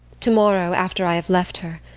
tomorrow, after i have left her,